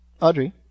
audrey